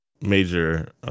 major